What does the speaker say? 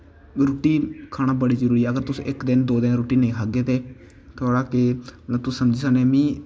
रुट्टी खाना बड़ी जरूरी ऐ अगर तुस इक दिन दो दिन रुट्टी नेईं खागे ते तुस समझी सकने मीं